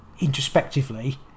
introspectively